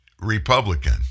Republican